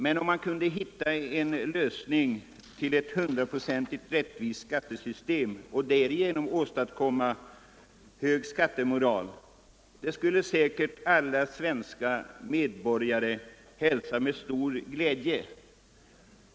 Men om man kunde konstruera ett hundraprocentigt rättvist skattesystem och därigenom skapa en hög skattemoral, så skulle säkert alla svenska medborgare hälsa detta med stor glädje.